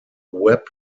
web